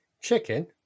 Chicken